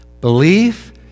belief